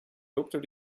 dokter